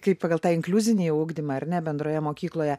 kaip pagal tą inkliuzinį ugdymą ar ne bendroje mokykloje